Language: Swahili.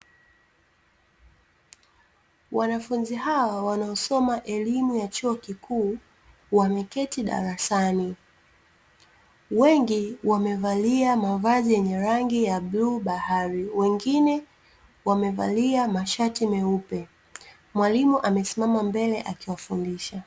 Wanafunzi hawa wanaosoma elimu ya chuo kikuu wameketi darasani. Wengi wamevalia mavazi yenye rangi ya bluu bahari. Wengine wamevalia mashati meupe. Mwalimu amesimama mbele akiwafundisha.